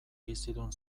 bizidun